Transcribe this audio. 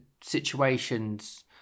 situations